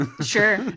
Sure